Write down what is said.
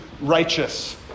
righteous